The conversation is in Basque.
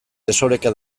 desoreka